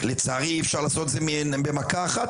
לצערי אי אפשר לעשות את זה במכה אחת,